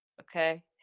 okay